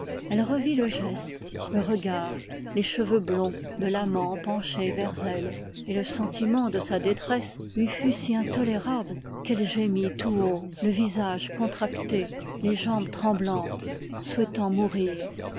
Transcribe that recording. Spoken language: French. elle revit le geste le regard les cheveux blonds de l'amant penché vers elle et le sentiment de sa détresse lui fut si intolérable qu'elle gémit tout haut le visage contracté les jambes tremblantes souhaitant mourir